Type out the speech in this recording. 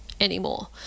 anymore